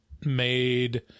made